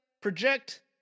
Project